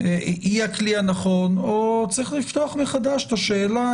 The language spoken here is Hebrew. היא הכלי הנכון או צריך לפתוח מחדש את השאלה,